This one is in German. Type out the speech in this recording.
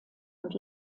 und